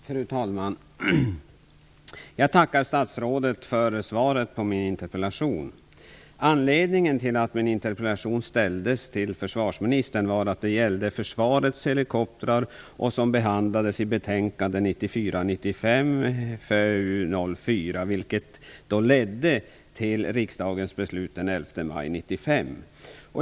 Fru talman! Jag tackar statsrådet för svaret på min interpellation. Anledningen till att min interpellation ställdes till försvarsministern var att det gällde försvarets helikoptrar, som behandlades i betänkande 11 maj 1995.